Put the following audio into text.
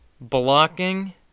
Blocking